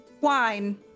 wine